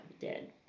dead